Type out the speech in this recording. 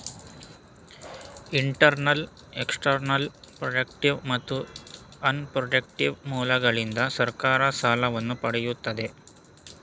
internal, external, productive ಮತ್ತು unproductive ಮೂಲಗಳಿಂದ ಸರ್ಕಾರ ಸಾಲವನ್ನು ಪಡೆಯುತ್ತದೆ